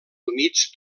humits